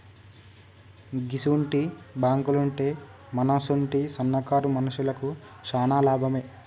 గిసుంటి బాంకులుంటే మనసుంటి సన్నకారు మనుషులకు శాన లాభమే